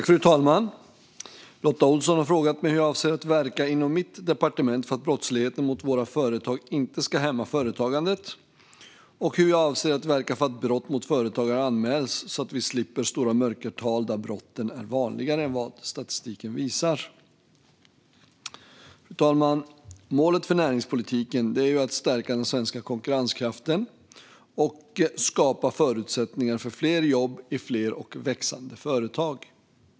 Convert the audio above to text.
Fru talman! Lotta Olsson har frågat mig hur jag avser att verka inom mitt departement för att brottsligheten mot våra företag inte ska hämma företagandet och hur jag avser att verka för att brott mot företagare anmäls så att vi slipper stora mörkertal där brotten är vanligare än vad statistiken visar. Fru talman! Målet för näringspolitiken är att stärka den svenska konkurrenskraften och skapa förutsättningar för fler jobb i fler och växande företag.